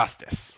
justice